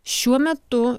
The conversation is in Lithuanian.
šiuo metu